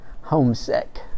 homesick